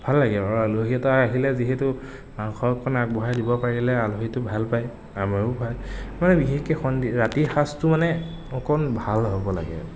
ভাল লাগে আৰু আলহী এটা আহিলে যিহেতু মাংস অকণ আগবঢ়াই দিব পাৰিলে আলহীয়েটো ভাল পায় আমাৰো ভাল প্ৰায় বিশেষকে সন্ধি ৰাতিৰ সাঁজটো মানে অকণ ভাল হ'ব লাগে